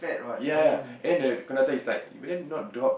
ya ya and then the conductor is like you better not drop